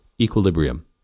equilibrium